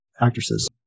actresses